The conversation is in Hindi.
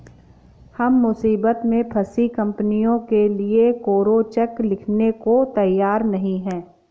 हम मुसीबत में फंसी कंपनियों के लिए कोरा चेक लिखने को तैयार नहीं हैं